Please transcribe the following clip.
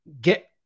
get